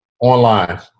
Online